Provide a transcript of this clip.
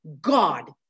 God